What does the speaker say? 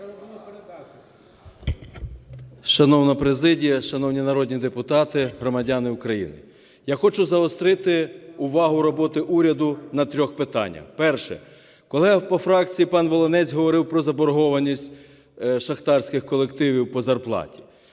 Шановна президія, шановні народні депутати, громадяни України! Я хочу загострити увагу роботи уряду на трьох питаннях. Перше. Колега по фракції пан Волинець говорив про заборгованість шахтарських колективів по зарплаті,